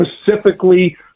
specifically